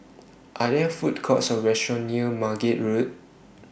Are There Food Courts Or restaurants near Margate Road